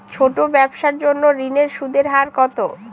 ছোট ব্যবসার জন্য ঋণের সুদের হার কত?